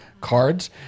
cards